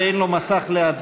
על כך שאין לו מסך להצביע.